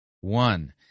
one